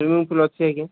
swimming pool ଅଛି ଆଜ୍ଞା